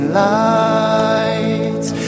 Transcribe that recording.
lights